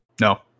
no